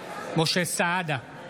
משה סעדה,